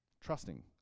trusting